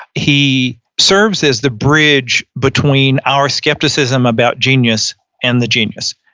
he serves as the bridge between our skepticism about genius and the genius.